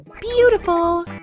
beautiful